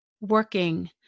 working